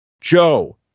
Joe